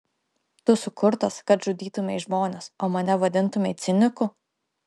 tu sukurtas kad žudytumei žmones o mane vadintumei ciniku